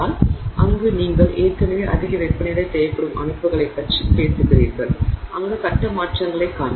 எனவே அங்கு நீங்கள் ஏற்கனவே அதிக வெப்பநிலை தேவைப்படும் அமைப்புகளைப் பற்றி பேசுகிறீர்கள் அங்கு கட்ட மாற்றங்களைக் காண்போம்